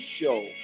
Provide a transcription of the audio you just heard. show